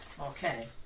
Okay